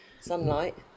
sunlight